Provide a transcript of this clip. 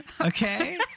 Okay